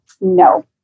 no